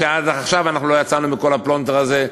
ועד עכשיו אנחנו לא יצאנו מכל הפלונטר הזה,